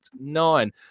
nine